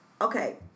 Okay